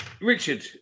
Richard